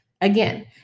again